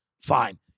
Fine